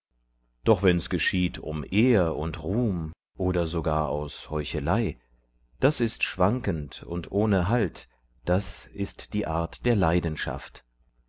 doch wenn's geschieht um ehr und ruhm oder sogar aus heuchelei das ist schwankend und ohne halt das ist die art der leidenschaft